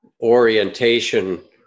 orientation